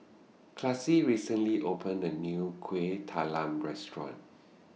Classie recently opened A New Kueh Talam Restaurant